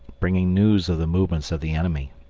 bringing news of the movements of the enemy.